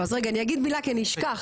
אבל רגע אני אגיד מילה כי אני אשכח,